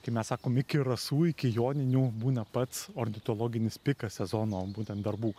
kaip mes sakom iki rasų iki joninių būna pats ornitologinis pikas sezono būtent darbų